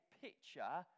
picture